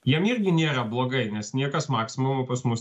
jiem irgi nėra blogai nes niekas maksimumo pas mus